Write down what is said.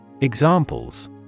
Examples